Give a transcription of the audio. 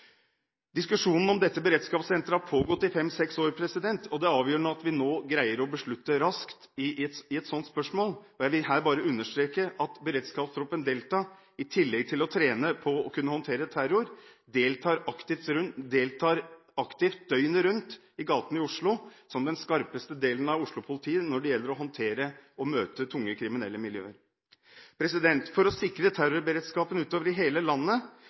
Diskusjonen om beredskapssenteret har pågått i fem–seks år, og det er avgjørende at vi nå greier å beslutte raskt i et sånt spørsmål. Jeg vil her bare understreke at beredskapstroppen Delta i tillegg til å trene på å kunne håndtere terror deltar aktivt døgnet rundt i gatene i Oslo som den skarpeste delen av Oslo-politiet når det gjelder å håndtere og møte tunge kriminelle miljøer. For å sikre terrorberedskapen utover i hele landet,